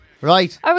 right